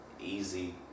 easy